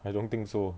I don't think so